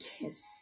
kiss